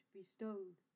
bestowed